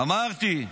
אמרתי,